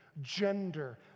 gender